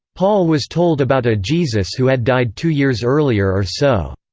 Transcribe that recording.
paul was told about a jesus who had died two years earlier or so.